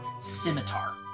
scimitar